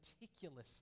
meticulously